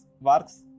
works